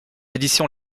édition